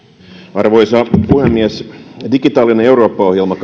arvoisa puhemies digitaalinen eurooppa ohjelma